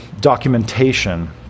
documentation